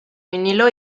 vinilo